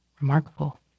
remarkable